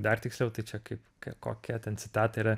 dar tiksliau tai čia kaip kokia ten citata yra